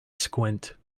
squint